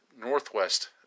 northwest